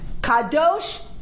Kadosh